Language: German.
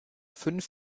fünf